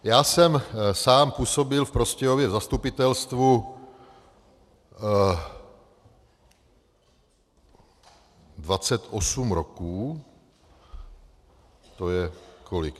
Já jsem sám působil v Prostějově v zastupitelstvu 28 roků to je kolik?